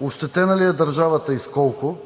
Ощетена ли е държавата и с колко?